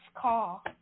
Call